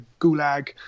gulag